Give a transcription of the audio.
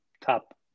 top